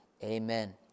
Amen